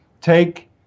take